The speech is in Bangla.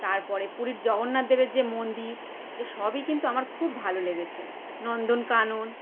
তারপরে পুরীর জগন্নাথদেবের যে মন্দির এ সবই কিন্তু আমার খুব ভালো লেগেছে নন্দন কানন